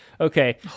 Okay